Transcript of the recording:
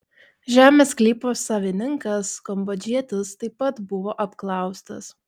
žemės sklypo savininkas kambodžietis taip pat buvo apklaustas